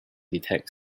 detect